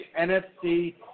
NFC